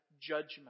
judgment